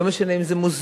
לא משנה אם זה מוזיאונים,